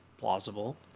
plausible